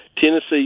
Tennessee